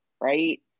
right